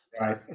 right